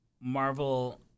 Marvel